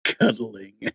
Cuddling